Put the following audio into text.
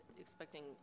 expecting